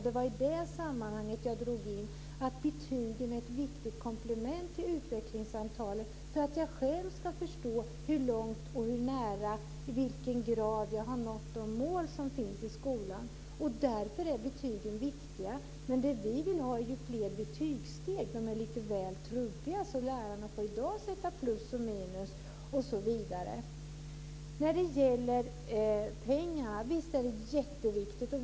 Det är i det sammanhanget som jag drog in detta med att betygen är ett viktigt komplement till utvecklingssamtalen. Det handlar alltså om att jag själv ska förstå hur långt, hur nära och i vilken grad, jag har nått de mål som finns i skolan. Därför är betygen viktiga. Men vad vi vill ha är fler betygssteg. Där är det lite väl trubbigt, så lärarna får i dag sätta plus och minus osv. Visst är pengar jätteviktigt.